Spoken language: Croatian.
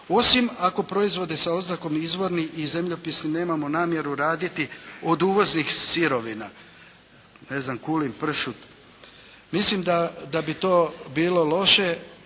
osim ako proizvode sa oznakom izvorni i zemljopisni nemamo namjeru raditi od uvoznih sirovina, ne znam kulin, pršut. Mislim da bi to bilo loše